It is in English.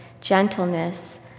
gentleness